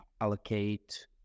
allocate